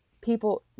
people